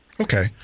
Okay